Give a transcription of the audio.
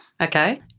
Okay